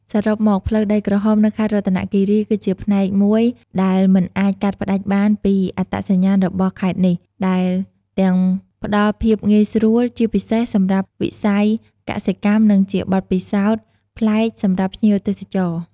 សរុបមក ផ្លូវដីក្រហមនៅខេត្តរតនគិរីគឺជាផ្នែកមួយដែលមិនអាចកាត់ផ្តាច់បានពីអត្តសញ្ញាណរបស់ខេត្តនេះ ដែលទាំងផ្តល់ភាពងាយស្រួល ជាពិសេសសម្រាប់វិស័យកសិកម្ម និងជាបទពិសោធន៍ប្លែកសម្រាប់ភ្ញៀវទេសចរ។